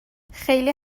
خیلی